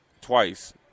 twice